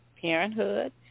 Parenthood